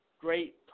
great